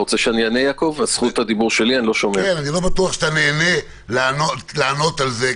לא בטוח שאתה נהנה לענות כל זה.